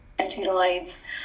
steroids